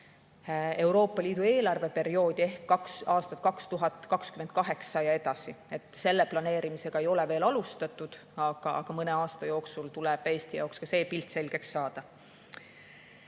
Euroopa Liidu eelarveperioodi ehk aastat 2028 ja edasi. Selle planeerimist ei ole veel alustatud, aga mõne aasta jooksul tuleb Eesti jaoks ka see pilt selgeks saada.